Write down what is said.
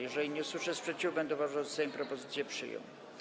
Jeżeli nie usłyszę sprzeciwu, będę uważał, że Sejm propozycję przyjął.